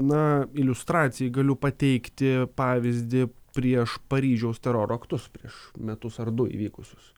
na iliustracijai galiu pateikti pavyzdį prieš paryžiaus teroro aktus prieš metus ar du įvykusius